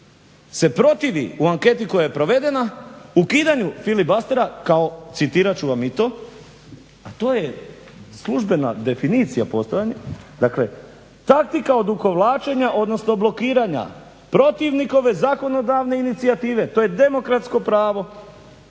se protivi u anketi koja je provedena ukidanja filibustera kao, citirat ću vam i to, a to je službena definicija …/Ne razumije se./…, dakle takvi kao …/Ne razumije se./… odnosno blokiranja protivnikove zakonodavne inicijative. To je demokratsko pravo